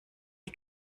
die